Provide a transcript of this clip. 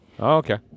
Okay